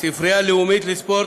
ספרייה לאומית לספורט,